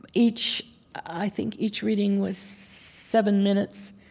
each i think each reading was seven minutes.